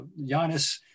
Giannis